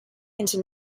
into